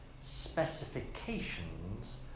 specifications